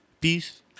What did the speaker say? Peace